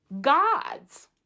God's